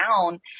down